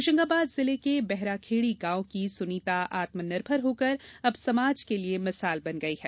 होशंगावाद जिले के बेहराखेड़ी गॉव की सुनीता आत्मनिर्भर होकर अब समाज के लिए मिसाल बन गई है